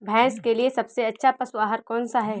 भैंस के लिए सबसे अच्छा पशु आहार कौन सा है?